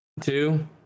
Two